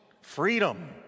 freedom